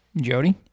jody